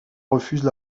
refusent